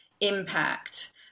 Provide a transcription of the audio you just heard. impact